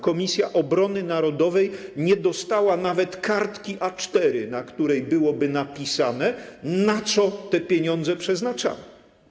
Komisja Obrony Narodowej nie dostała nawet kartki A4, na której byłoby napisane, na co te pieniądze przeznaczamy.